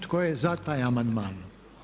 Tko je za taj amandman?